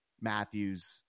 Matthews